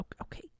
Okay